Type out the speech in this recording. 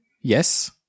Yes